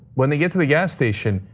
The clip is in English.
when they get to the gas station,